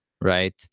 right